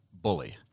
bully